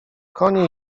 konie